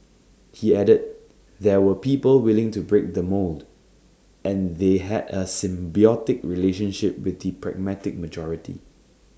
he added there were people willing to break the mould and they had A symbiotic relationship with the pragmatic majority